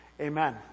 amen